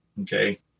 Okay